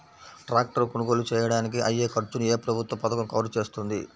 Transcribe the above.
Tractor కొనుగోలు చేయడానికి అయ్యే ఖర్చును ఏ ప్రభుత్వ పథకం కవర్ చేస్తుంది?